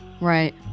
Right